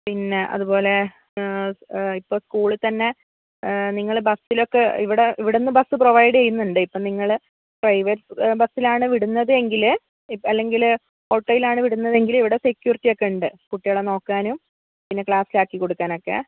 പിന്നെ അതുപോലെ ഇപ്പോൾ സ്കൂളിൽ തന്നെ നിങ്ങൾ ബസ്സിൽ ഒക്കെ ഇവിടെ ഇവിടുന്ന് ബസ് പ്രൊവൈഡ് ചെയ്യുന്നുണ്ട് ഇപ്പോൾ നിങ്ങൾ പ്രൈവറ്റ് ബസിലാണ് വിടുന്നതെങ്കിൽ അല്ലെങ്കിൽ ഓട്ടോയിൽ ആണ് വിടുന്നതെങ്കിൽ ഇവിടെ സെക്യൂരിറ്റി ഒക്കെ ഉണ്ട് കുട്ടികളെ നോക്കാനും പിന്നെ ക്ലാസ്സിൽ ആക്കി കൊടുക്കാനൊക്കെ